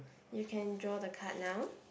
you can draw the card now